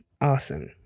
awesome